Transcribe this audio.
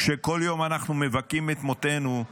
כשכל יום אנחנו מבכים את מתינו,